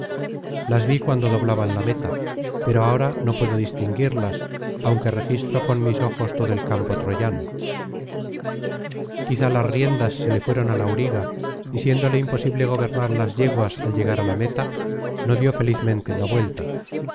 las vi cuando doblaban la meta pero ahora no puedo distinguirlas aunque registro con mis ojos todo el campo troyano quizás las riendas se le fueron al auriga y siéndole imposible gobernar las yeguas al llegar á la meta no dio felizmente la vuelta